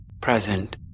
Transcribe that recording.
present